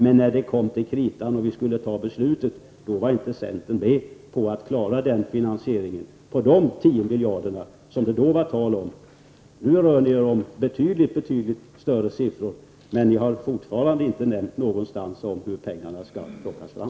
Men när det kom till kritan och beslutet skulle fattas var inte centern med på att klara den finansieringen på de 10 miljarder som det då var tal om. Nu rör ni er med betydligt större siffror, men ni har fortfarande inte nämnt hur pengarna skall plockas fram.